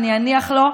אני אניח לו.